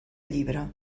llibre